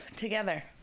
together